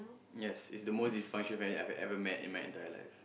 yes is the most dysfunctional family I have ever met in my entire life